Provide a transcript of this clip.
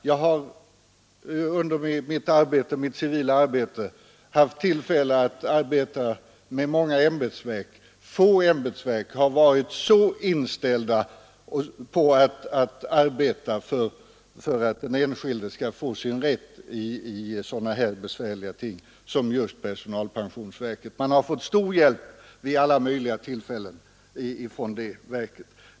Jag har under mitt civila arbete haft tillfälle att samarbeta med många ämbetsverk. Få ämbetsverk har varit så inställda på att arbeta för att den enskilde skall få sin rätt i sådana här besvärliga frågor som just personalpensionsverket. Man har fått stor hjälp från detta verk vid alla möjliga tillfällen.